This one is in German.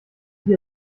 bier